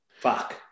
Fuck